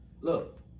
Look